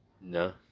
No